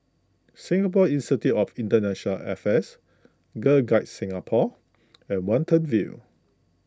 Singapore Institute of International Affairs Girl Guides Singapore and Watten View